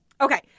Okay